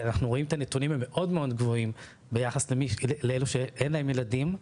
אנחנו רואים את הנתונים והם מאוד מאוד גבוהים ביחס לאלו שאין להם ילדים,